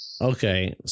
Okay